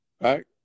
Right